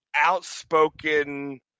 outspoken